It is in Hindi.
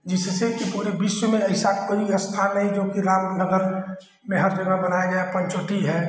जिससे की पूरे विश्व में ऐसा कोई स्थान नहीं जो कि रामनगर में हर जगह बनाया गया पंचवटी है